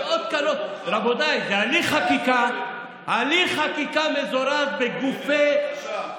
רבותיי, זה הליך חקיקה מזורז בגופי, הינה, בבקשה.